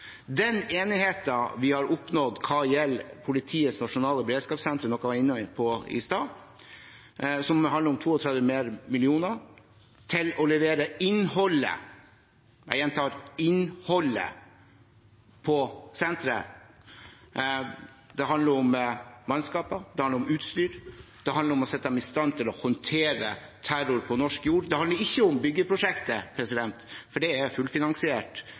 Den enigheten vi har oppnådd hva gjelder Politiets nasjonale beredskapssenter, noe jeg var inne på i stad, og man har nå fått 32 flere millioner til å levere innholdet – jeg gjentar innholdet på senteret – handler om mannskaper, det handler om utstyr, det handler om å sette det i stand til å håndtere terror på norsk jord. Det handler ikke om byggeprosjektet, for det er fullfinansiert